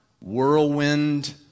whirlwind